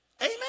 Amen